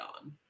on